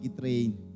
train